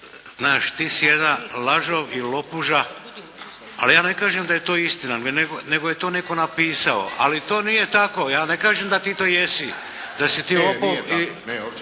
znaš ti si jedan lažov i lopuža, ali ja ne kažem da je to istina nego je to netko napisao. Ali to nije tako. Ja ne kažem da ti to jesi. Da si ti lopov